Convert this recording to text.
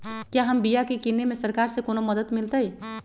क्या हम बिया की किने में सरकार से कोनो मदद मिलतई?